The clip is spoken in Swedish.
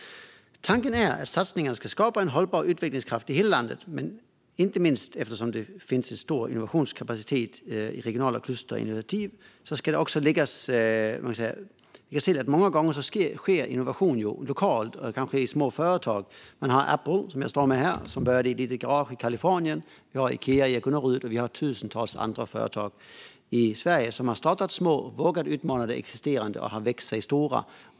Tanken är att satsningarna ska skapa en hållbar utvecklingskraft i hela landet, inte minst eftersom det finns en stor innovationskapacitet i regionala kluster och initiativ. Till detta ska också läggas att innovation många gånger sker lokalt och kanske i små företag. Apple började i ett garage i Kalifornien. Ikea började i Agunnaryd. Vi har också tusentals andra företag i Sverige som startade som små, vågade utmana det existerande och har växt sig stora.